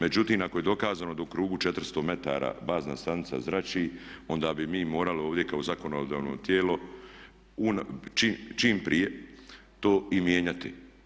Međutim, ako je dokazano da u krugu 400m bazna stanica zrači onda bi mi morali ovdje kao zakonodavno tijelo čim prije to i mijenjati.